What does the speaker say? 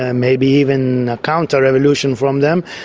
ah maybe even a counterrevolution from them,